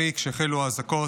כשהחלו האזעקות,